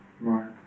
right